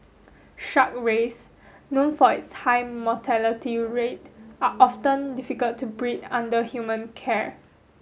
shark rays known for its high mortality rate are often difficult to breed under human care